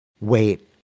wait